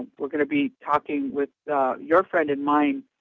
we're going to be talking with your friend and mine,